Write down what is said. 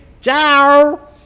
Ciao